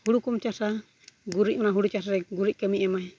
ᱦᱩᱲᱩ ᱠᱚᱢ ᱪᱟᱥᱟ ᱜᱩᱨᱤᱡᱽ ᱚᱱᱟ ᱦᱩᱲᱩ ᱪᱟᱥ ᱨᱮ ᱜᱩᱨᱤᱡᱽ ᱠᱟᱹᱢᱤ ᱮᱢᱟᱭ